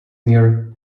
near